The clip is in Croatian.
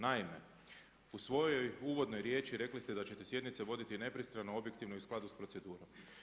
Naime, u svojoj uvodnoj riječi rekli ste da ćete sjednice voditi nepristrano, objektivno i u skladu s procedurom.